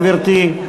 גברתי.